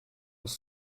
was